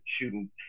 shooting